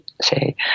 say